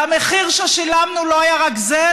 המחיר ששילמנו לא היה רק זה,